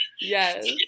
Yes